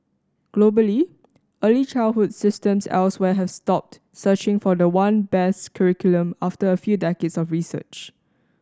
globally early childhood systems elsewhere have stopped searching for the one best curriculum after a few decades of research